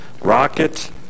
rocket